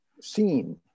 seen